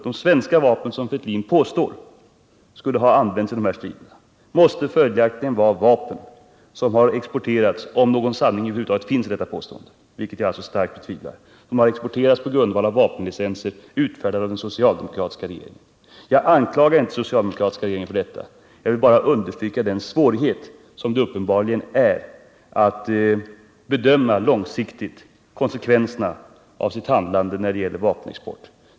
De svenska vapen som FRETILIN påstår skulle ha använts i dessa strider måste följaktligen — om någon sanning över huvud taget finns i detta påstående, vilket jag starkt betvivlar — vara vapen som har exporterats på grundval av vapenlicenser, utfärdade av den socialdemokratiska regeringen. Jag anklagar inte den socialdemokratiska regeringen för detta, jag vill bara understryka den svårighet som det uppenbarligen är att långsiktigt bedöma konsekvenserna av sitt handlande när det gäller vapenexport.